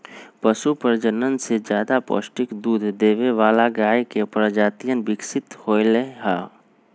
पशु प्रजनन से ज्यादा पौष्टिक दूध देवे वाला गाय के प्रजातियन विकसित होलय है